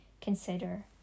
consider